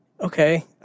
okay